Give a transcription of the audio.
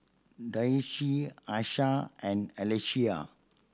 Dayse Asha and Alesia